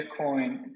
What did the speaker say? Bitcoin